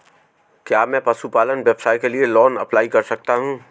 क्या मैं पशुपालन व्यवसाय के लिए लोंन अप्लाई कर सकता हूं?